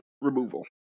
removal